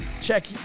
check